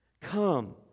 Come